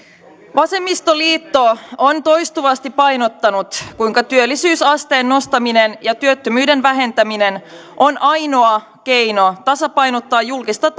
vasemmistoliitto on toistuvasti painottanut kuinka työllisyysasteen nostaminen ja työttömyyden vähentäminen on ainoa keino tasapainottaa julkista